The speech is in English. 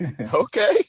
okay